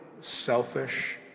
selfish